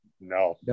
No